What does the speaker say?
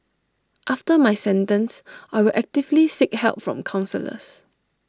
after my sentence I will actively seek help from counsellors